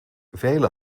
vele